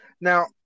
Now